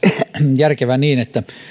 järkevä niin että